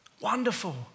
Wonderful